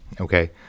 Okay